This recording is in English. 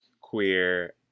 queer